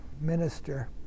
minister